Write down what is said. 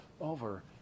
over